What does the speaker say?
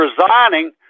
resigning